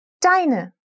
deine